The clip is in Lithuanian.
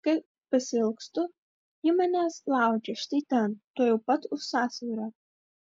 kai pasiilgstu ji manęs laukia štai ten tuojau pat už sąsiaurio